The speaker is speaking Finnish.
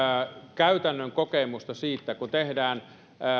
käytännön kokemusta siitä kun tehdään